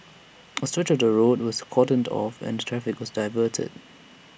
A stretch of the road was cordoned off and traffic was diverted